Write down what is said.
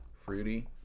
fruity